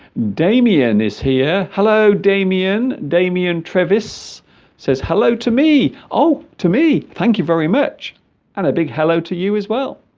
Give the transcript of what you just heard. damien is here hello damien damien trevis says hello to me oh to me thank you very much and a big hello to you as well